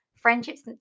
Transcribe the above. Friendships